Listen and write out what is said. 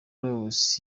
lloris